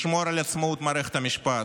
לשמור על עצמאות מערכת המשפט,